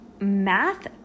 math